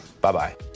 Bye-bye